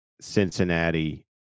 Cincinnati